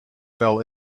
fell